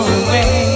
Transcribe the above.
away